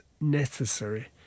necessary